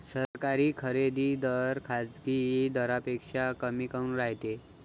सरकारी खरेदी दर खाजगी दरापेक्षा कमी काऊन रायते?